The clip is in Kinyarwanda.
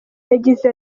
yagize